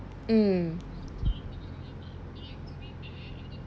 mm